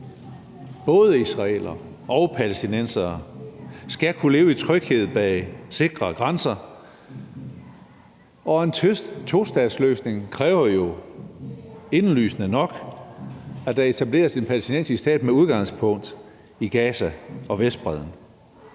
Både israelere og palæstinensere skal kunne leve i tryghed bag sikre grænser, og en tostatsløsning kræver jo indlysende nok, at der etableres en palæstinensisk stat med udgangspunkt i Gaza og Vestbredden.